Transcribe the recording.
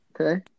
Okay